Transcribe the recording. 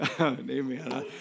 Amen